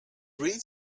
reed